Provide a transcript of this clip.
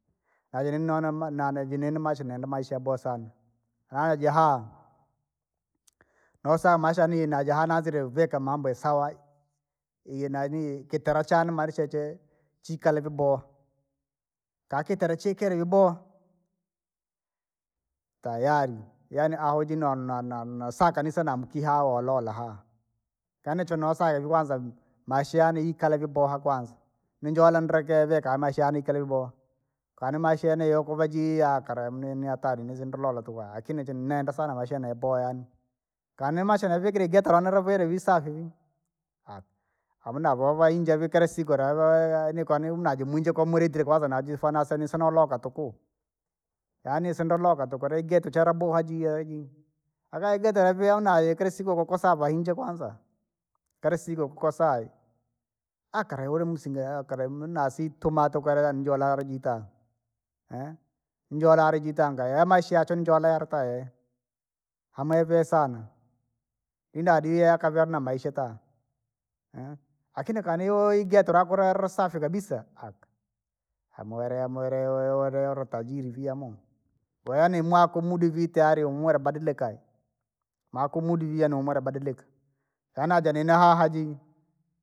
Naja ninonama nanaivi nini maisha nenda maisha yabowa sana, yaani jahaa, nosama maisha yaani najaha nanzire vika mambo isawa, iye nanii kitala chane marisha chee, chikala vyaboha, katikara cheekela vyaboha, tayari, yaani ahojinwa na- na- na- nasaka kanisa namkiaha olola haa. Yaani chonosaka ivikwanza vii, maisha yane ikala vyaboha kwanza, ninjola ndrekera ivika amaisha yaani kali vyaboha, kani maisha yaani yo kuvajiia! Kala mni- nihatari nizombolola tuvaki akini jii nenda sana maisha yeneboa yaani. Kani maisha naivikile geto lanolavili visafi, hamuna vovainja vikela siku nikwani mnaji mwinji komulitile kwanza najifwana sani sinolokola tuku. Yaani isindoloka tuku re igeto charaboha jiyeji, akaigeto laviona ye klasiku ukukosa avainje kwanza. Kalisiko kukosa eehe, aka kalaule musinga aeehe kalamuna situma tukuliane njola jita, njolale jitanga yamaisha yachonjele kae, amavia sana, inaria akava na maisha taa. lakini kano ijo igeto lako larasafi kabisa! Aka hamwire hamwire wolo tajiri viamo, koo yaani mwaku umuda ivi tayari umwere abadilikaga, makumuda ivi yaani umwere abadilika, yaani nene nine hahaji.